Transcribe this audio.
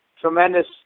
tremendous